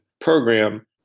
program